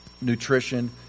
nutrition